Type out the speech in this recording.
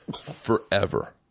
forever